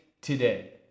today